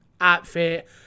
outfit